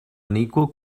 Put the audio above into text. unequal